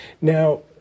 Now